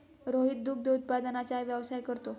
रोहित दुग्ध उत्पादनाचा व्यवसाय करतो